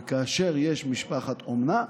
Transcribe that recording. וכאשר יש משפחת אומנה,